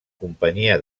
companyia